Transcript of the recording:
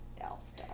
else